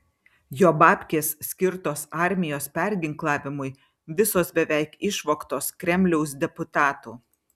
jo babkės skirtos armijos perginklavimui visos beveik išvogtos kremliaus deputatų